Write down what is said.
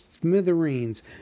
smithereens